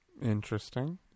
Interesting